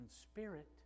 spirit